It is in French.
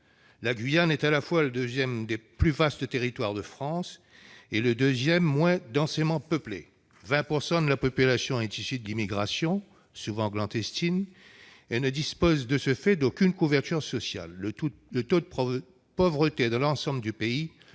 La Guyane est à la fois le deuxième plus vaste territoire de France et le deuxième moins densément peuplé. Quelque 20 % de la population est issue de l'immigration, souvent clandestine, et ne dispose de ce fait d'aucune couverture sociale. Le taux de pauvreté de l'ensemble du pays atteint 44 %, et